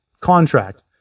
contract